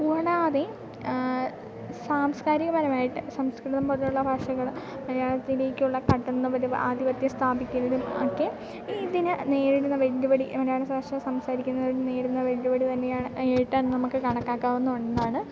കൂടാതെ സാംസ്കാരിക പരമായിട്ട് സംസ്കൃതം പോലെയുള്ള ഭാഷകൾ മലയാളത്തിലേക്കുള്ള കടന്നു വരവ് ആദിപത്യ സ്ഥാപിക്കുന്നതും ഒക്കെ ഇതിന് നേരിടുന്ന വെല്ലുവിളി മലയാള ഭാഷ സംസാരിക്കുന്നും നേരിടുന്ന വെല്ലുവിളി തന്നെയാണ് ഏട്ടാൻ നമുക്ക് കണക്കാക്കാവുന്ന ഒന്നാണ്